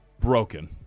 broken